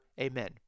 Amen